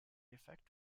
effect